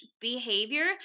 behavior